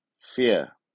Fear